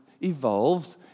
evolved